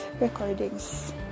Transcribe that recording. recordings